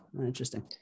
interesting